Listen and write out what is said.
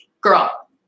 Girl